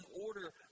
order